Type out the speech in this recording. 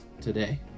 today